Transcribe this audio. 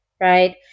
right